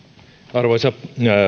arvoisa